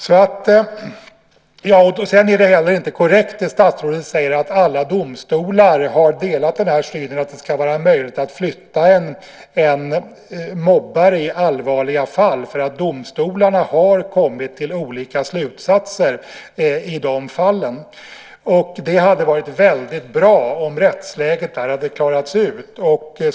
Det som statsrådet säger om att alla domstolar har delat uppfattningen att det ska vara möjligt att flytta en mobbare i allvarliga fall är inte korrekt. Domstolarna har nämligen kommit till olika slutsatser i dessa fall. Det hade varit väldigt bra om rättsläget hade klarats ut där.